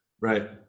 Right